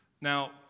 Now